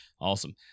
Awesome